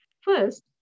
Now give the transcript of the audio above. First